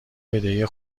بدهی